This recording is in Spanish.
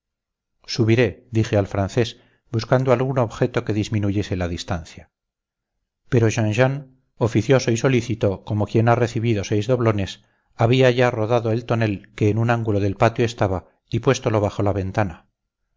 subiré dije al francés buscando algún objeto que disminuyese la distancia pero jean jean oficioso y solícito como quien ha recibido seis doblones había ya rodado el tonel que en un ángulo del patio estaba y puéstolo bajo la ventana